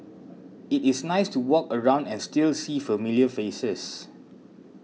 it is nice to walk around and still see familiar faces